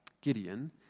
Gideon